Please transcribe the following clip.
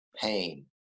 pain